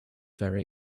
very